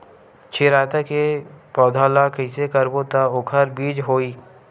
चिरैता के पौधा ल कइसे करबो त ओखर बीज होई?